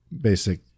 basic